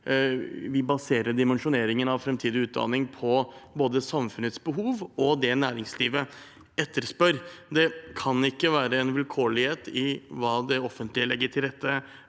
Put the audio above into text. vi baserer dimensjoneringen av framtidig utdanning på både samfunnets behov og det næringslivet etterspør. Det kan ikke være en vilkårlighet i hva det offentlige legger til rette